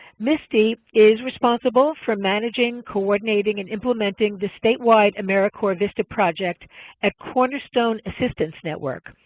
misty is responsible for managing, coordinating and implementing the statewide americorps vista project at cornerstone assistance network,